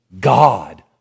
God